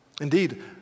Indeed